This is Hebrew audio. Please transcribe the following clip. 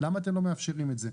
למה אתם לא מאפשרים את זה.